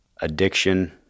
addiction